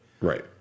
Right